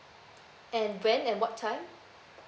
and when and what time